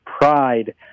pride